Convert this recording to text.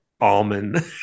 almond